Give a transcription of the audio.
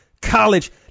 college